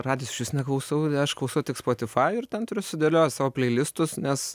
radijos išvis neklausau aš klausau tik spotifajų ir ten turiu sudėliojęs savo pleilistus nes